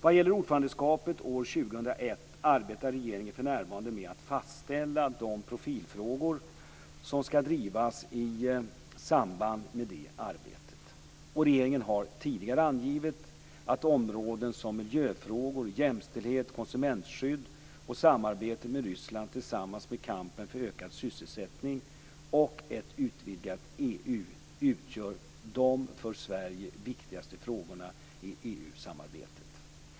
Vad gäller ordförandeskapet år 2001 arbetar regeringen för närvarande med att fastställa de profilfrågor som skall drivas i samband med det arbetet. Regeringen har tidigare angivit att områden som miljöfrågor, jämställdhet, konsumentskydd och samarbetet med Ryssland tillsammans med kampen för ökad sysselsättning och ett utvidgat EU utgör de för Sverige viktigaste frågorna i EU-samarbetet.